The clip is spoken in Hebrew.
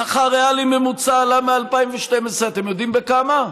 השכר הריאלי הממוצע עלה מ-2012, אתם יודעים בכמה?